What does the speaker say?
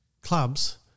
clubs